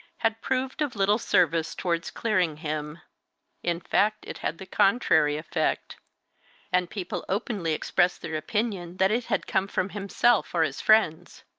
had proved of little service towards clearing him in fact, it had the contrary effect and people openly expressed their opinion that it had come from himself or his friends.